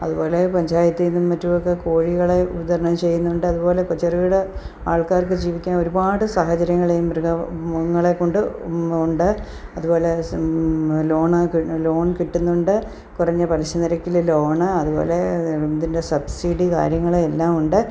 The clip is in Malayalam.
അതുപോലെ പഞ്ചായത്തിൽ നിന്നും മറ്റുമൊക്കെ കോഴികളെ വിതരണം ചെയ്യുന്നുണ്ട് അതുപോലെ ചെറുകിട ആൾക്കാർക്ക് ജീവിക്കാൻ ഒരുപാട് സാഹചര്യങ്ങൾ മൃഗം മൃഗങ്ങളെ കൊണ്ട് ഉണ്ട് അതുപോലെ ലോണ് ലോൺ കിട്ടുന്നുണ്ട് കുറഞ്ഞ പലിശ നിരക്കിൽ ലോണ് അതുപോലെ ഇതിൻ്റെ സബ്സിഡി കാര്യങ്ങൾ എല്ലാം ഉണ്ട്